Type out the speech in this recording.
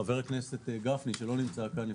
חבר הכנסת גפני שלא נמצא כאן,